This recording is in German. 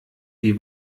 die